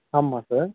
ஆமாம் சார்